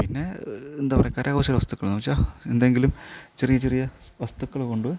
പിന്നെ എന്താപറയുക കരകൗശല വസ്തുക്കൾ എന്നുവെച്ചാൽ എന്തെങ്കിലും ചെറിയ ചെറിയ വസ്തുക്കൾ കൊണ്ട്